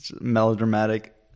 melodramatic